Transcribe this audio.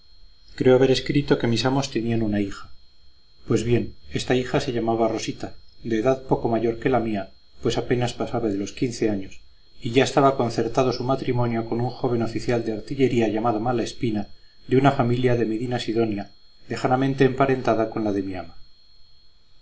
creo haber escrito que mis amos tenían una hija pues bien esta hija se llamaba rosita de edad poco mayor que la mía pues apenas pasaba de los quince años y ya estaba concertado su matrimonio con un joven oficial de artillería llamado malespina de una familia de medinasidonia lejanamente emparentada con la de mi ama